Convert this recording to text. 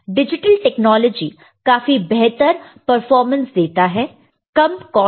digital technology काफी बेहतर performance देता है कम कॉस्ट पर